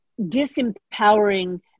disempowering